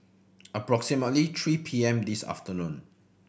approximately three P M this afternoon